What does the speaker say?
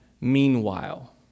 meanwhile